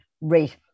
rate